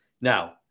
Now